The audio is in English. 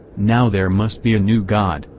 now there must be a new god,